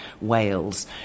Wales